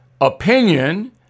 opinion